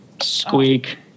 Squeak